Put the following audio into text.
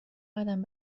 قدم